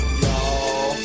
y'all